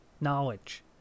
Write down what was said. knowledge